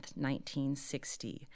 1960